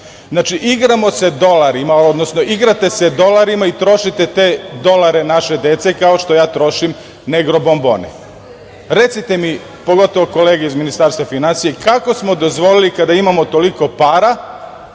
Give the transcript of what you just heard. miliona dolara. Znači, igrate se dolarima i trošite te dolare naše dece kao što ja trošim „Negro“ bombone. Recite mi, pogotovo kolege iz Ministarstva finansija, kako smo dozvolili, kada imamo toliko para,